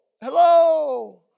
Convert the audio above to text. hello